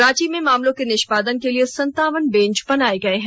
रांची में मामलों के निष्पादन के लिए संतावन बेंच बनाए गए हैं